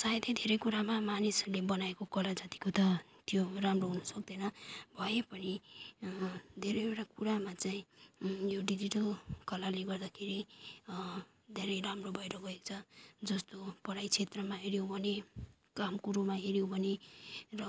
सायदै धेरै कुरामा मानिसहरूले बनाएको कला जत्तिको त त्यो राम्रो हुन सक्दैन भए पनि धेरैवटा कुरामा चाहिँ यो डिजिटल कलाले गर्दाखेरि धेरै राम्रो भएर गएको छ जस्तो पढाइ क्षेत्रमा हेऱ्यौँ भने कामकुरोमा हेऱ्यौँ भने र